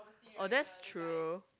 oh that's true